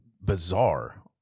Bizarre